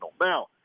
Now